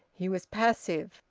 he was passive,